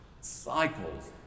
cycles